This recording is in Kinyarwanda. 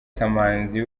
kamanzi